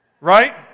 Right